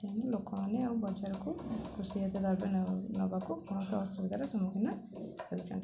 ତେଣୁ ଲୋକମାନେ ଆଉ ବଜାରକୁ କୃଷିଜାତ ଦ୍ରବ୍ୟ ନେବାକୁ ବହୁତ ଅସୁବିଧାର ସମ୍ମୁଖୀନ ହେଉଛନ୍ତି